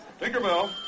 Tinkerbell